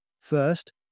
First